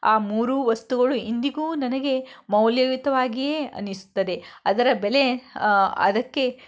ಆ ಮೂರೂ ವಸ್ತುಗಳು ಇಂದಿಗೂ ನನಗೆ ಮೌಲ್ಯಯುತವಾಗಿಯೇ ಅನಿಸುತ್ತದೆ ಅದರ ಬೆಲೆ ಅದಕ್ಕೆ